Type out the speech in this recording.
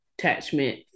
attachment